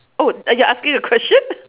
oh are you asking a question